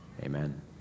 Amen